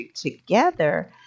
together